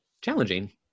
challenging